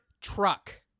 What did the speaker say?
Truck